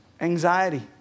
anxiety